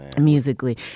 musically